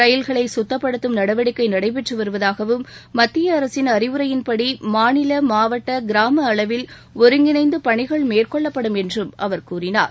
ரயில்களை கத்தப்படுத்தும் நடவடிக்கை நடைபெற்று வருவதாகவும் மத்திய அரசின் அறிவுரையின்படி மாநில மாவட்ட கிராம அளவில் ஒருங்கிணைந்து பணிகள் மேற்கொள்ளப்படும் என்றும் அவர் கூறினார்